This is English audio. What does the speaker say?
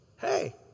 hey